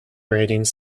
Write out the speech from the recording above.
ratings